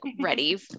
ready